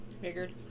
Figured